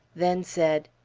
then said,